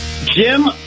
Jim